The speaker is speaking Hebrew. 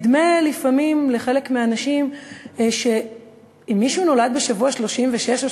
לפעמים נדמה לחלק מהאנשים שאם תינוק נולד בשבוע ה-36 או